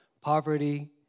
poverty